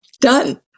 done